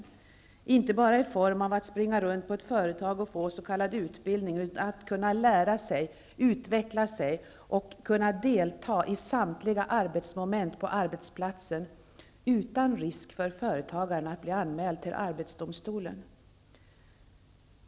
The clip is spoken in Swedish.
Det gäller inte bara att ungdomarna skall springa runt på företag och få s.k. utbildning, utan det gäller att de skall kunna lära, utveckla sig och delta i samtliga arbetsmoment på arbetsplatsen utan risk för att företagaren skall bli anmäld till arbetsdomstolen.